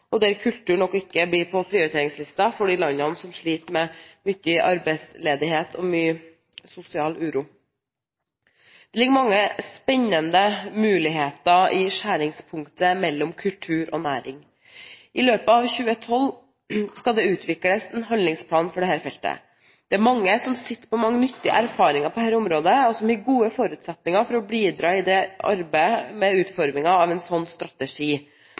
og der kultur nok ikke er på prioriteringslisten for de landene som sliter med mye arbeidsledighet og mye sosial uro. Det ligger mange spennende muligheter i skjæringspunktet mellom kultur og næring. I løpet av 2012 skal det utvikles en handlingsplan for dette feltet. Det er mange som sitter på mange nyttige erfaringer på dette området, som gir gode forutsetninger for å bidra i arbeidet med utformingen av en slik strategi.